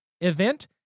event